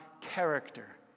character